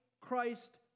Christ